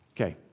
Okay